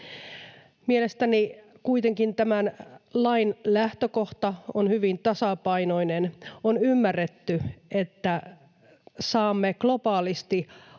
Mielestäni kuitenkin tämän lain lähtökohta on hyvin tasapainoinen: on ymmärretty, että saisimme globaalisti